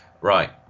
Right